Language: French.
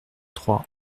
trois